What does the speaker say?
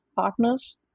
partners